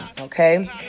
Okay